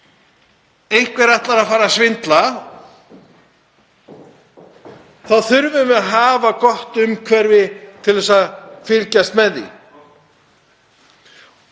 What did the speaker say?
einhver ætlar að svindla þurfum við að hafa gott umhverfi til að fylgjast með því.